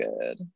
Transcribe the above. good